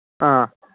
ꯑꯥ